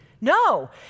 No